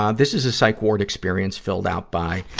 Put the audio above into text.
um this is a psych ward experience filled out by,